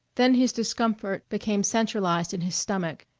then his discomfort became centralized in his stomach,